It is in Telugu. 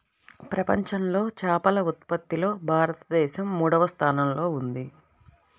ప్రపంచంలో చేపల ఉత్పత్తిలో భారతదేశం మూడవ స్థానంలో ఉంది